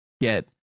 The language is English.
get